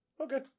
okay